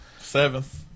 Seventh